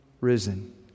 risen